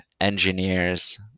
engineers